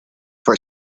for